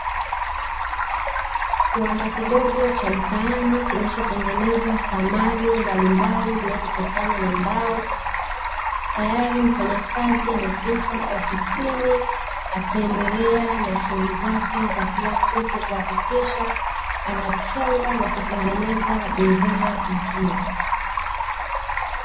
Kiwanda kidogo cha mtaani kinachotengeneza samani mbailmbali zinazotokana na mbao, tayari mfanyakazi amefika ofisini akiendelea na shughuli zake za kila siku kuhakikisha anachonga na kutengeneza bidhaa nzuri.